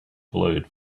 glowed